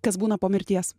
kas būna po mirties